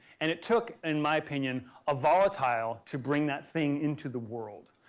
and it took in my opinion a volatile to bring that thing into the world.